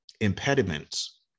impediments